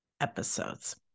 episodes